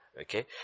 Okay